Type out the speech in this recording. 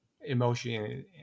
emotion